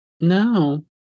No